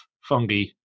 Fungi